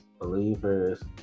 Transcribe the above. believers